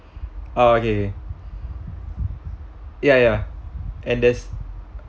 oh okay okay ya ya and there's